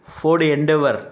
ford endeavour